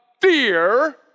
fear